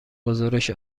گزارش